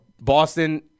Boston